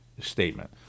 statement